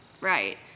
right